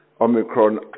Omicron